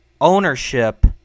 Ownership